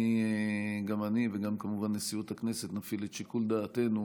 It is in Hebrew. גם אני וכמובן נשיאות הכנסת נפעיל את שיקול דעתנו